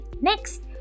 Next